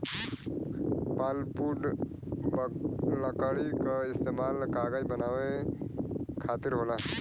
pulpwood लकड़ी क इस्तेमाल कागज बनावे खातिर होला